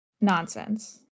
nonsense